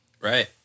Right